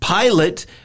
Pilate